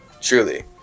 Truly